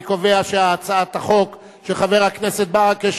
אני קובע שהצעת החוק של חבר הכנסת ברכה,